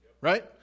right